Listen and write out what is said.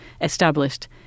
established